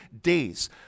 days